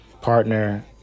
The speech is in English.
partner